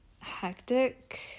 hectic